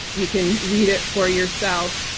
you can read it for yourself.